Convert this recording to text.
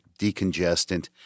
decongestant